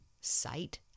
sight